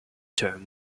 term